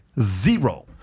Zero